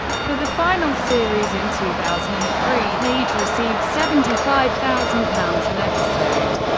for the final series in two thousand and three, they each received seventy five thousand pounds an episode.